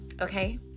okay